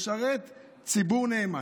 לשרת ציבור נאמן.